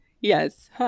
Yes